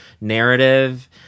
narrative